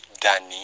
Danny